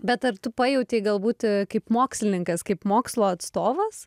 bet ar tu pajautei gal būt kaip mokslininkas kaip mokslo atstovas